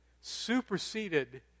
superseded